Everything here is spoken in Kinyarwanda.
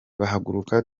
bahaguruka